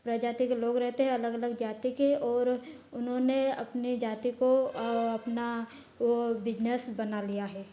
प्रजाति के लोग रहते हैं अलग अलग जाति के और उन्होंने अपनी जाति को अपना वो बिजनेस बना लिया है